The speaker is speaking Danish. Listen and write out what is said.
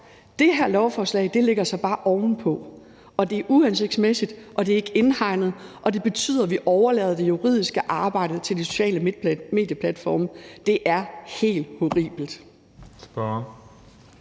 Det her lovforslag lægger så bare ovenpå, og det er uhensigtsmæssigt, og det er ikke indhegnet, og det betyder, at vi overlader det juridiske arbejde til de sociale medieplatforme. Det er helt horribelt.